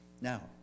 Now